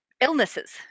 illnesses